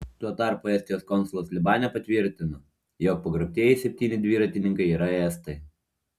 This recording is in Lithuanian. tuo tarpu estijos konsulas libane patvirtino jog pagrobtieji septyni dviratininkai yra estai